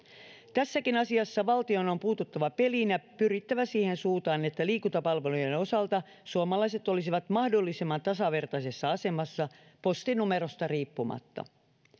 tässäkin asiassa valtion on puututtava peliin ja pyrittävä siihen suuntaan että liikuntapalveluiden osalta suomalaiset olisivat mahdollisimman tasavertaisessa asemassa postinumerosta riippumatta